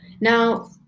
Now